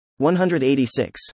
186